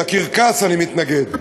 לקרקס אני מתנגד.